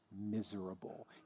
miserable